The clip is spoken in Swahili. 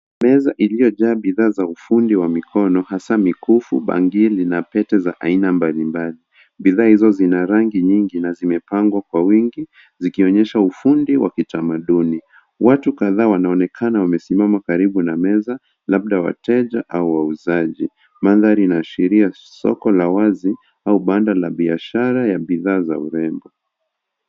Meza iliyojaa bidhaa za ufundi wa mikono hasa mikufu, bangili na pete za aina mbalimbali. Bidhaa hizo sina rangi nyingi na zimepangwa kwa wingi zikionyesha ufundi wa kitamaduni. Watu kadhaa wanaonekana wamesimama karibu na meza labda wateja au wauzaji. Mandhari inaashiria soko la wazi au banda la biashara ya bidhaa za urembo.